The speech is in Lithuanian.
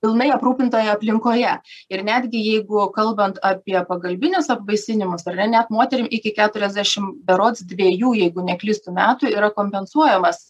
pilnai aprūpintoje aplinkoje ir netgi jeigu kalbant apie pagalbinius apvaisinimus ar ne net moterim iki keturiasdešim berods dviejų jeigu neklystu metų yra kompensuojamas